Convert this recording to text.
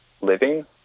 living